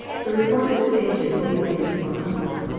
the report of this agent will be laid before congress.